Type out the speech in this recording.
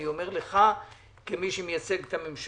אני אומר לך כמי שמייצג את הממשלה,